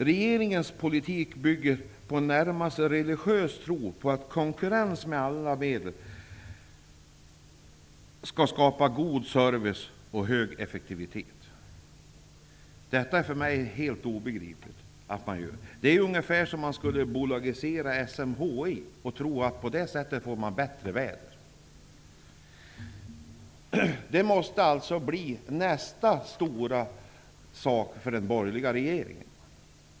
Regeringens politik bygger på en närmast religiös tro på att konkurrens med alla medel skapar god service och hög effektivitet. Detta är för mig helt obegripligt. Det är ungefär som om man skulle bolagisera SMHI och tro att man på det sättet får bättre väder. Det måste alltså bli nästa stora sak för den borgerliga regeringen.